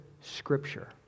Scripture